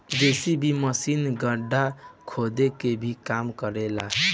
JCB machine गड्ढा खोदे के भी काम करे ला